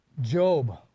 Job